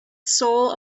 soul